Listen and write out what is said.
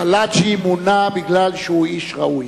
קלעג'י מונה בגלל שהוא איש ראוי.